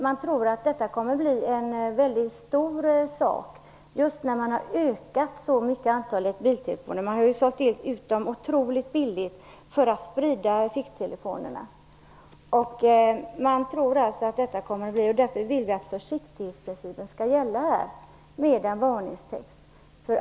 Man tror att detta kommer att bli en stor sak, just för att man så kraftigt har ökat antalet mobiltelefoner. De har ju sålts ut otroligt billigt för att de skall spridas. Därför vill vi att försiktighetsprincipen skall gälla och föreslår en varningstext.